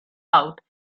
out